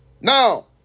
now